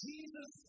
Jesus